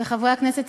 וחברי הכנסת,